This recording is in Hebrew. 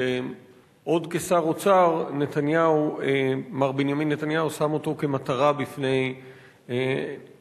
שעוד כשר האוצר מר בנימין נתניהו שם אותו כמטרה בפני המערכת,